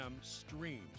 streams